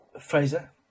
Fraser